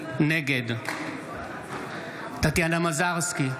נגד טטיאנה מזרסקי,